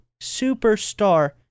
superstar